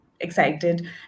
excited